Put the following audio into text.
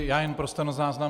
Já jen pro stenozáznam.